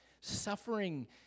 suffering